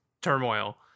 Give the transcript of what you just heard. turmoil